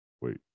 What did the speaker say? Wait